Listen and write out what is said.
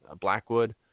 Blackwood